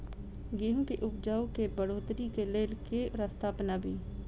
गेंहूँ केँ उपजाउ केँ बढ़ोतरी केँ लेल केँ रास्ता अपनाबी?